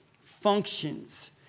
functions